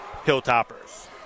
Hilltoppers